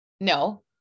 no